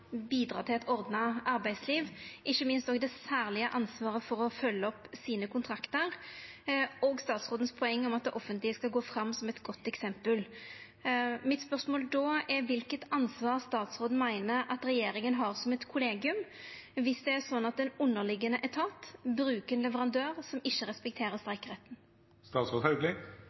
opp kontraktane sine, og statsrådens poeng om at det offentlege skal gå føre med eit godt eksempel. Mitt spørsmål er då kva ansvar statsråden meiner regjeringa har som kollegium dersom ein underliggjande etat bruker ein leverandør som ikkje respekterer